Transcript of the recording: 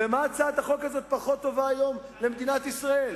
במה הצעת החוק הזאת פחות טובה היום למדינת ישראל?